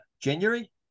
January